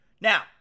Now